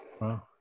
wow